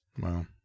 wow